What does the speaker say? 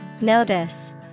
Notice